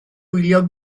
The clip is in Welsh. wylio